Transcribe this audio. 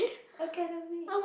okay don't we